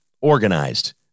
organized